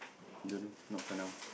don't know not for now